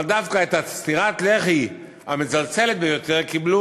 אבל את סטירת הלחי המצלצלת ביותר קיבלו